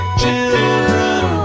children